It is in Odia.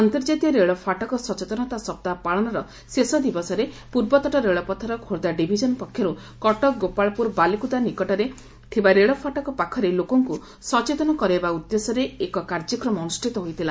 ଆକି ଅନ୍ତର୍କାତୀୟ ରେଳ ଫାଟକ ସଚେତନତା ସପ୍ତାହ ପାଳନର ଶେଷ ଦିବସରେ ପୂର୍ବତଟ ରେଳପଥର ଖୋର୍ବ୍ଧା ଡିଭିଜନ ପକ୍ଷରୁ କଟକ ଗୋପାଳପୁର ବାଲିକୁଦା ନିକଟରେ ଥିବା ରେଳ ଫାଟକ ପାଖରେ ଲୋକଙ୍ଙ୍ ସଚେତନ କରାଇବା ଉଦ୍ଦେଶ୍ୟରେ ଏକ କାର୍ଯ୍ୟକ୍ରମ ଅନୁଷ୍ଠିତ ହୋଇଥିଲା